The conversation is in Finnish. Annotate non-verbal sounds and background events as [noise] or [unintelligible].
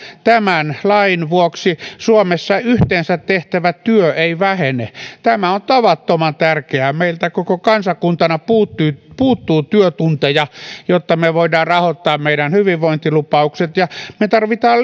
tämän lain vuoksi suomessa yhteensä tehtävä työ ei vähene tämä on tavattoman tärkeää meiltä koko kansakuntana puuttuu puuttuu työtunteja jotta me voimme rahoittaa meidän hyvinvointilupauksemme ja me tarvitsemme [unintelligible]